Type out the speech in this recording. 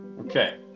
Okay